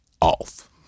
off